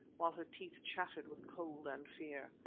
while her teeth chattered with cold and fear.